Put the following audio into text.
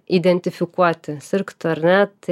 identifikuoti sirgtų ar ne tai